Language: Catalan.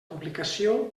publicació